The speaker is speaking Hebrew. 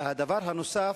והדבר הנוסף,